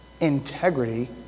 Integrity